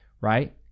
right